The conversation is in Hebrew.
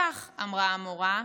כך, אמרה המורה,